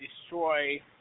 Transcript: destroy